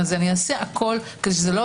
נשאלנו,